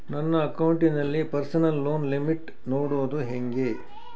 ನನ್ನ ಅಕೌಂಟಿನಲ್ಲಿ personal loan limit ನೋಡದು ಹೆಂಗೆ?